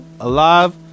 Alive